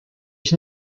ich